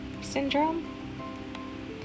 syndrome